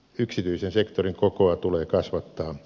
yksityisen sektorin kokoa tulee kasvattaa